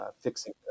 fixing